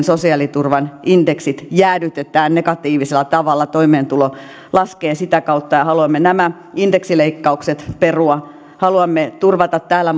sosiaaliturvan indeksit jäädytetään negatiivisella tavalla toimeentulo laskee sitä kautta ja haluamme nämä indeksileikkaukset perua haluamme turvata täällä